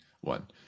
one